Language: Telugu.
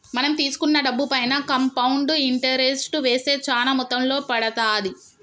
మనం తీసుకున్న డబ్బుపైన కాంపౌండ్ ఇంటరెస్ట్ వేస్తే చానా మొత్తంలో పడతాది